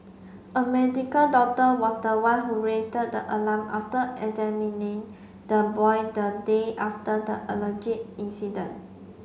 a medical doctor was the one who the alarm after examining the boy the day after the allege incident